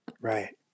Right